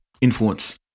influence